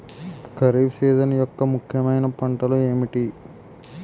Kharif season యెక్క ముఖ్యమైన పంటలు ఏమిటీ?